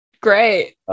great